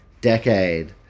decade